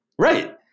Right